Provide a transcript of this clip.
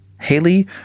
Haley